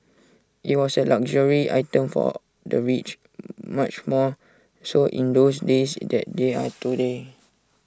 IT was A luxury item for the rich much more so in those days IT they are today